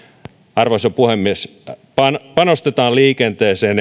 arvoisa puhemies panostetaan liikenteeseen